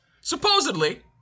Supposedly